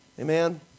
Amen